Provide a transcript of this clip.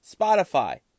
Spotify